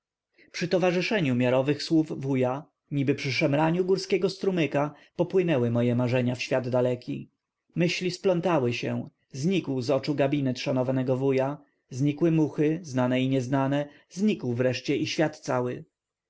przy towarzyszeniu miarowych słów wuja niby przy szemraniu górskiego strumyka popłynęły moje marzenia w świat daleki myśli splątały się znikł z oczu gabinet szanownego wuja znikły muchy znane i nieznane znikł wreszcie i świat cały